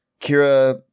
Kira